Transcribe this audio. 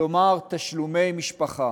כלומר תשלומי משפחה.